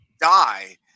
die